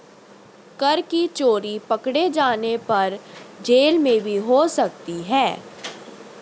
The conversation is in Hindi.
कर की चोरी पकडे़ जाने पर जेल भी हो सकती है